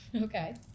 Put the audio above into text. Okay